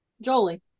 Jolie